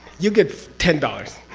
you get ten dollars.